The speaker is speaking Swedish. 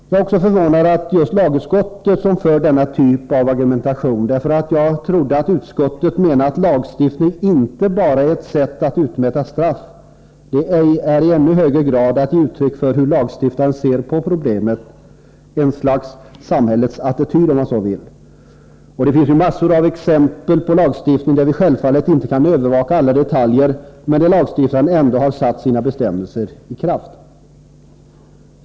Jag är också förvånad över att det är just lagutskottet som för denna typ av argumentation, eftersom jag trodde att utskottet menade att lagstiftning inte bara är ett sätt att utmäta straff, utan i ännu högre grad ett uttryck för hur lagstiftaren ser på problemet — ett slags samhällets attityd, om man så vill. Och det finns ju massor av exempel på lagstiftning där vi självfallet inte kan övervaka alla detaljer men där lagstiftarna ändå har satt sina bestämmelser i kraft.